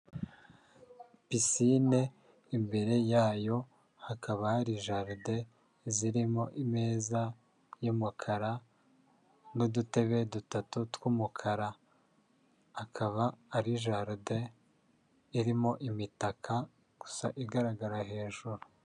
Pisine imbere yayo hakaba hari jaride zirimo ameza y'umukara, n'udutebe dutatu tw'umukara, akaba ari jaride irimo imitaka gusa igaragara hejuru.